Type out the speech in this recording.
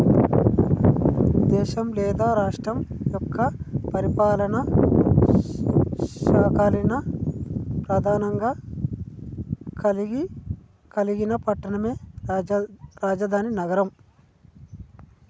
దేశం లేదా రాష్ట్రం యొక్క పరిపాలనా శాఖల్ని ప్రెధానంగా కలిగిన పట్టణమే రాజధాని నగరం